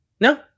no